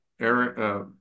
Eric